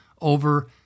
over